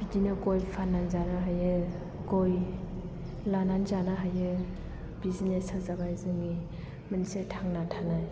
बिदिनो गय फाननानै जानो हायो गय लानानै जानो हायो बिजनेस आ जाबाय जोंनि मोनसे थांना थानाय